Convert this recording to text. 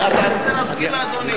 אני רוצה להזכיר לאדוני.